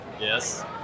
Yes